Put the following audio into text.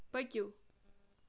پٔکِو